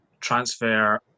transfer